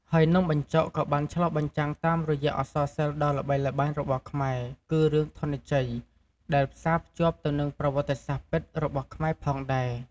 ហើយនំបញ្ចុកក៏បានឆ្លុះបញ្ចាំងតាមរយៈអក្សរសិល្ប៏ដ៏ល្បីល្បាញរបស់ខ្មែរគឺរឿងធន់ជ័យដែលផ្សាភ្ជាប់ទៅនិងប្រវត្តិសាស្ត្រពិតរបស់ខ្មែរផងដែរ។